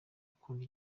gukunda